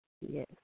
Yes